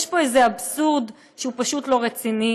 יש פה איזה אבסורד שהוא פשוט לא רציני.